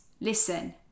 listen